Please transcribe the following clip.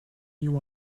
you